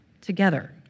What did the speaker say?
together